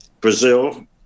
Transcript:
Brazil